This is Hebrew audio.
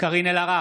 קארין אלהרר,